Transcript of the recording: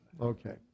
Okay